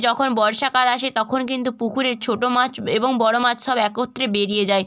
যখন বর্ষাকাল আসে তখন কিন্তু পুকুরের ছোটো মাছ এবং বড়ো মাছ সব একত্রে বেরিয়ে যায়